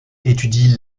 étudie